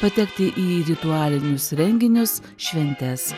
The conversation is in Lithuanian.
patekti į ritualinius renginius šventes